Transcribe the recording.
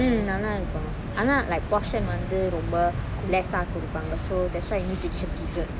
mmhmm நல்லா இருக்கும் ஆனா:nalla irukkum aana like portion வந்து ரொம்ப:vanthu romba less ah கொடுப்பாங்க:koduppanga so that's why you need to check dessert